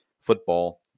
football